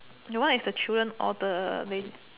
your one is the children or the baby